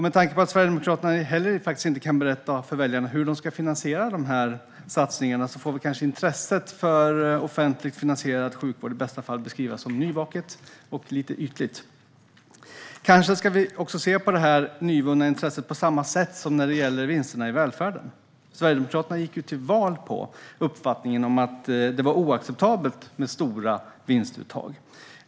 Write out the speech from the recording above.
Med tanke på att Sverigedemokraterna inte kan berätta för väljarna hur de ska finansiera de här satsningarna får kanske intresset för offentligt finansierad sjukvård i bästa fall beskrivas som nyvaket och lite ytligt. Kanske ska vi se på det här nyvunna intresset på samma sätt som när det gäller vinsterna i välfärden. Sverigedemokraterna gick ju till val på uppfattningen att det var oacceptabelt med stora vinstuttag.